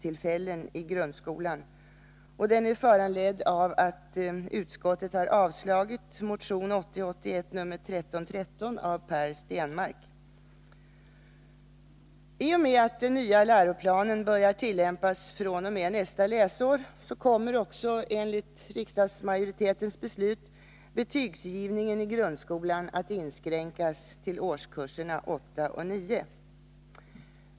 I och med att den nya läroplanen börjar tillämpas fr.o.m. nästa läsår kommer också — enligt riksdagsmajoritetens beslut — betygsgivningen i grundskolan att inskränkas till årskurserna 8 och 9.